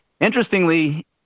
Interestingly